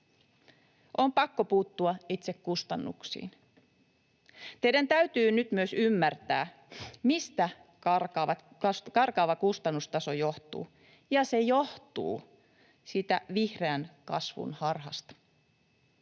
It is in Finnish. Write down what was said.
On pakko puuttua itse kustannuksiin. Teidän täytyy nyt myös ymmärtää, mistä karkaava kustannustaso johtuu. Se johtuu siitä vihreän kasvun harhasta.